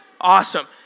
Awesome